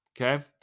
okay